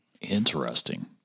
Interesting